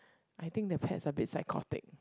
I think the pets a bit psychotic